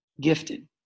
gifted